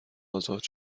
ازاد